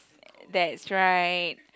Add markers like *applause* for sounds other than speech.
*noise* that's right